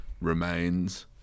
remains